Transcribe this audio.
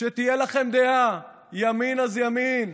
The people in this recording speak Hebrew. שתהיה לכם דעה: ימין אז ימין,